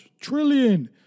Trillion